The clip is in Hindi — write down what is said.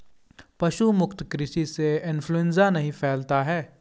पशु मुक्त कृषि से इंफ्लूएंजा नहीं फैलता है